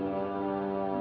ah